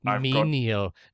menial